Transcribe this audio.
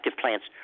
plants